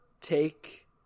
take